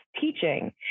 teaching